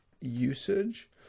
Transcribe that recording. usage